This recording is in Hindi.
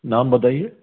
नाम बताइए